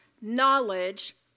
knowledge